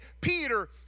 Peter